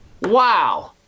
Wow